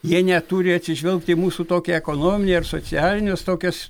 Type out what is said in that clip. jie neturi atsižvelgt į mūsų tokią ekonominę ir socialines tokias